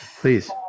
Please